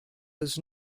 was